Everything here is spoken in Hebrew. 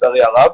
לצערי הרב.